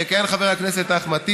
יכהן חבר הכנסת אחמד טיבי,